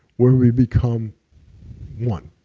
where we become one.